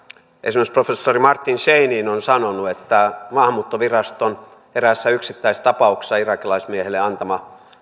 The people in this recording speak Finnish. esimerkiksi professori martin scheinin on sanonut että maahanmuuttoviraston eräässä yksittäistapauksessa irakilaismiehelle antama